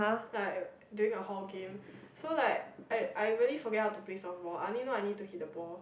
like during a hall game so like I I really forget how to play softball I only know I need to hit the ball